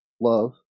love